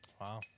Wow